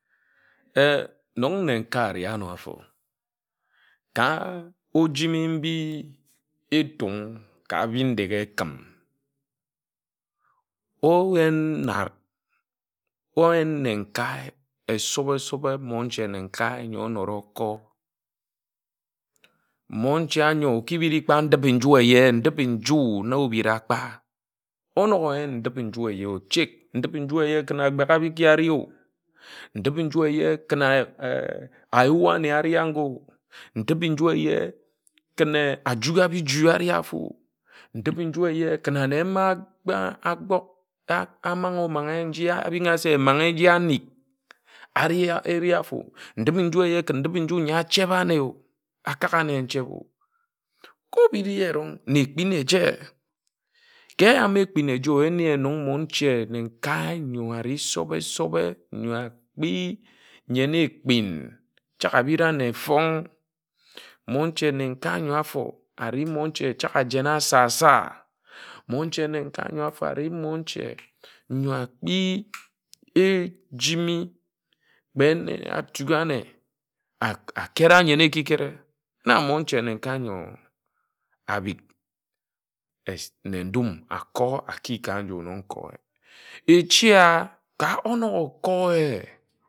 Nnon nne-nkae ari ano afo ka ojimi mbi Etung ka Bindeghe-Ekim oyen nne-nkae esob-esobe monche nne-nkae ńyo oroko. Monche ano aki biri kpa ndip-i-nju éye, ndip-i-nja na obira kpa onōk oyen ndip-i-nju ochek ndip-i-nju éye ken akpegha abik na ari o. Ndip-i-nju éye ken ayua ane ari ángo ndip-i-nju éye ken ajugha biji areh áfo o ndip-i-nju éye ken ane ma kpe âkpok amán omanghe nji aruna se amenghe nji anik ari éreh áfor o ndip-i-nju eye ken ndip-i-nju n̄yi acheb ane o akak ane ncheb o-ka obiri ye erong na ekpin éje ka eyam ekpin ēje oyin̄ ye nnon monche nne-nkae n̄yo ari sobe-sōbe nyo akpi nyen ekpin chak abira nna efong n monche nne-nkae n̄yo āfor ari monche chan̄ ajena asa-sa monche nne-nkae ńyo mfa ari monche n̄yo akpi ejimi kpe ene atuk ane akera nyen ekikere na monche nne-nkae ńyo abik nne ndum ākor aki ka nj nno nkor e. Echi a ka onōk okor ye.